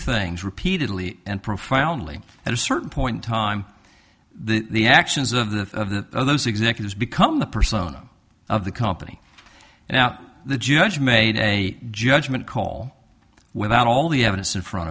things repeatedly and profoundly at a certain point in time the actions of the of the of those executives become the persona of the company now the judge made a judgment call without all the evidence in front